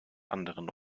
anderen